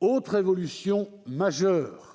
Autre évolution majeure,